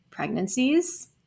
pregnancies